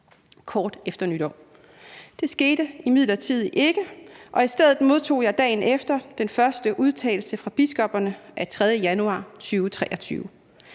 kort efter nytår. Det skete imidlertid ikke, og i stedet modtog jeg dagen efter den første udtalelse fra biskopperne af 3. januar 2023.